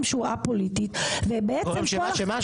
שהוא א-פוליטי ובעצם --- גורם שהוא מה?